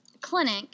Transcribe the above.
clinic